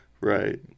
Right